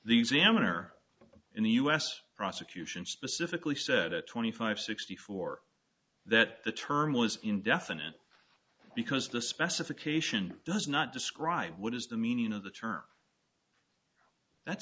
the examiner in the u s prosecution specifically said that twenty five sixty four that the term was indefinite because the specification does not describe what is the meaning of the term that's